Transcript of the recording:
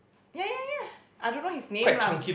yeah yeah yeah I don't know his name lah